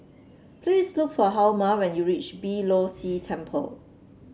please look for Hjalmer when you reach Beeh Low See Temple